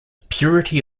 purity